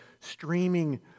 streaming